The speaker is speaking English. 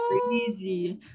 crazy